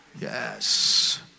Yes